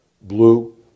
Blue